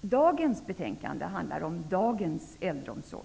Dagens betänkande handlar om dagens äldreomsorg.